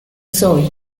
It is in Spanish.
soy